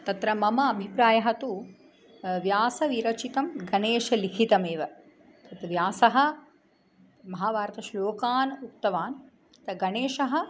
तत्र मम अभिप्रायः तु व्यासविरचितं गणेशलिखितम् एव तत् व्यासः महाभारतश्लोकान् उक्तवान् तत् गणेशः